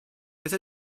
beth